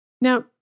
Now